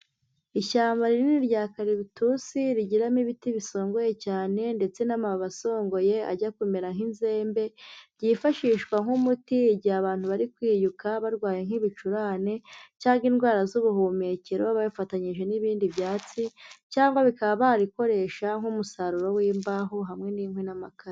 Ishyamba rinini rya karibitusi rigiramo ibiti bisongoye cyane ndetse n'amababi asongoye ajya kumera nk'inzembe, byifashishwa nk'umuti igihe abantu bari kwiyuka barwaye nk'ibicurane cyangwa indwara z'ubuhumekero babifatanyije n'ibindi byatsi, cyangwa bikaba babikoresha nk'umusaruro w'imbaho hamwe n'inkwi n'amakara.